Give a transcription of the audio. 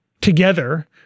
together